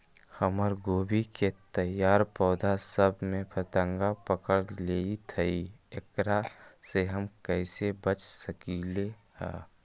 हमर गोभी के तैयार पौधा सब में फतंगा पकड़ लेई थई एकरा से हम कईसे बच सकली है?